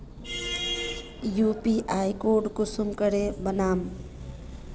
UPI code कुंसम करे बनाम?